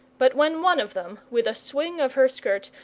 but when one of them, with a swing of her skirt,